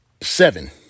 seven